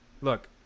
look